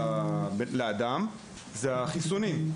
זה החיסונים,